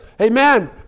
Amen